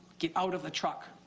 get out of the truck.